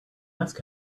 ask